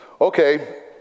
Okay